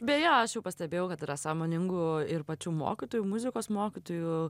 beje aš jau pastebėjau kad yra sąmoningų ir pačių mokytojų muzikos mokytojų